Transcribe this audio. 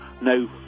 no